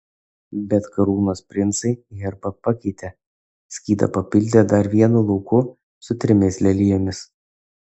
bet karūnos princai herbą pakeitė skydą papildė dar vienu lauku su trimis lelijomis